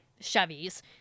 Chevy's